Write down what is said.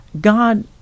God